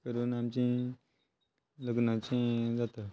करून आमची लग्नाचे हें जाता